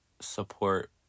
support